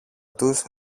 τους